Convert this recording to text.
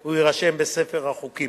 והוא יירשם בספר החוקים.